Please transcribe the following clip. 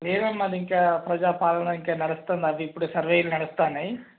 లేదమ్మా అది ఇంకా ప్రజాపాలన ఇంకా నడుస్తుంది అది ఇప్పుడే సర్వేలు నడుస్తాన్నాయి